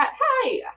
hi